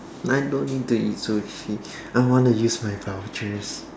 I don't need to eat sushi I wanna use my vouchers